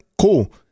Cool